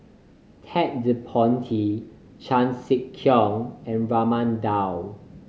Ted De Ponti Chan Sek Keong and Raman Daud